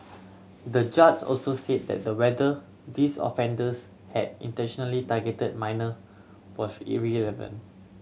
the judge also said that the whether these offenders had intentionally targeted minor was irrelevant